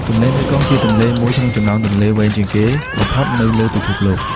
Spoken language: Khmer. ទន្លេមេគង្គជាទន្លេមួយក្នុងចំណោមទន្លេវែងជាងគេបំផុតនៅលើពិភពលោក។